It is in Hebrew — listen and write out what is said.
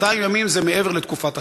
200 ימים זה מעבר לתקופת החסד.